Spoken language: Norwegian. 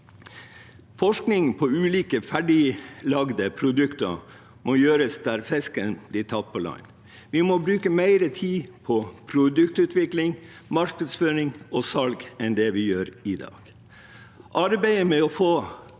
Forskning på ulike ferdiglagde produkter må gjøres der fisken blir tatt på land. Vi må bruke mer tid på produktutvikling, markedsføring og salg enn det vi gjør i dag. Arbeidet med å få